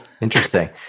Interesting